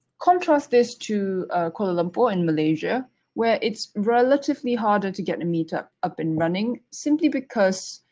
contrast this to kuala lumpur, in malaysia where it's relatively harder to get in a meetup, up and running, simply because